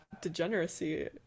degeneracy